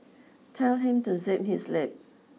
tell him to zip his lip